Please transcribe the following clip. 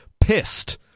pissed